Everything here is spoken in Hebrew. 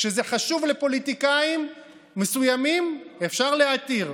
כשזה חשוב לפוליטיקאים מסוימים אפשר להתיר,